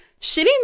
shitty